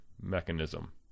mechanism